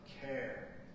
care